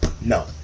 No